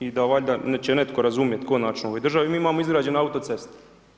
I da valjda će netko razumjeti konačno u ovoj državi, mi imamo izgrađene autoceste.